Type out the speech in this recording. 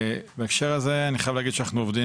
בהקשר הזה אני חייב להגיד שאנחנו עובדים